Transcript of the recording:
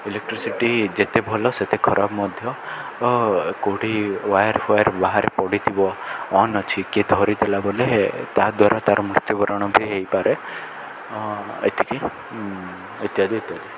electricity ଯେତେ ଭଲ ସେତେ ଖରାପ ମଧ୍ୟ ଓ କେଉଁଠି ୱାୟାର୍ ଫୱାୟାର୍ ବାହାରେ ପଡ଼ିଥିବ ଅନ୍ ଅଛି କିଏ ଧରିଥିଲା ବୋଲେ ତାଦ୍ୱାରା ତା'ର ମୃତ୍ୟୁବରଣ ବି ହେଇପାରେ ଏତିକି ଇତ୍ୟାଦି ଇତ୍ୟାଦି